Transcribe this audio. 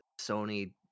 Sony